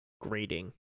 grading